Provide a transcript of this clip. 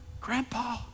Grandpa